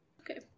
Okay